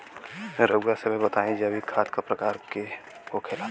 रउआ सभे बताई जैविक खाद क प्रकार के होखेला?